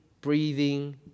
breathing